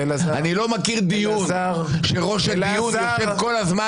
אני לא מכיר דיון שראש הדיון יושב כל הזמן